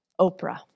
Oprah